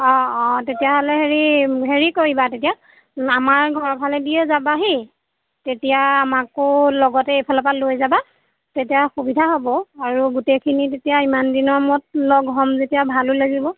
অঁ অঁ অঁ তেতিয়াহ'লে হেৰি হেৰি কৰিবা তেতিয়া আমাৰ ঘৰফালেদিয়েই যাবাহি তেতিয়া আমাকো লগতে এইফালৰপৰা লৈ যাবা তেতিয়া সুবিধা হ'ব আৰু গোটেইখিনি যেতিয়া ইমান দিনৰ মূৰত লগ হ'ম যেতিয়া ভালো লাগিব